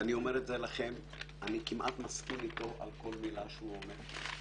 ואני אומר לכם שאני כמעט מסכים איתו על כל מילה שהוא אומר.